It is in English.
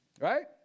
Right